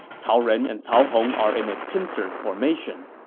cao ren and cao hong are in a pincer formation.